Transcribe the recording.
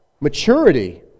maturity